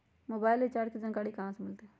Mobile recharge के जानकारी कहा से मिलतै?